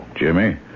Jimmy